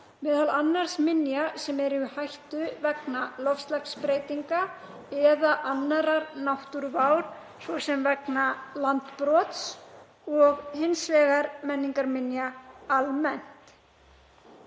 annars vegar minja sem eru í hættu vegna loftslagsbreytinga eða annarrar náttúruvár, svo sem vegna landbrots, og hins vegar menningarminja almennt.“